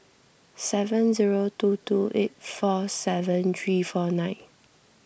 seven zero two two eight four seven three four nine